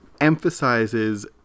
emphasizes